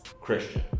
Christian